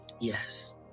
Yes